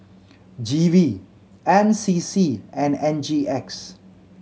G V N C C and N G X